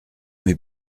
mes